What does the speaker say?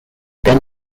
then